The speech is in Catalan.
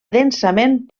densament